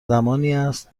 است